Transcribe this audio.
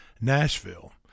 Nashville